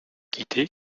quitter